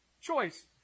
Choice